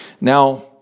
Now